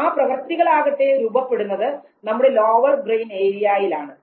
ആ പ്രവർത്തികൾ ആകട്ടെ രൂപപ്പെടുന്നത് നമ്മുടെ ലോവർ ബ്രെയിൻ ഏരിയയിലാണ്